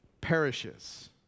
perishes